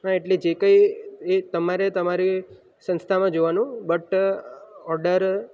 હા એટલે જે કંઈ એ તમારે તમારી સંસ્થામાં જોવાનું બટ ઓડર